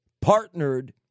partnered